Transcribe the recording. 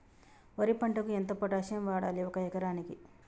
వరి పంటకు ఎంత పొటాషియం వాడాలి ఒక ఎకరానికి?